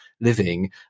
living